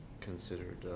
considered